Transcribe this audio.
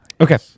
Okay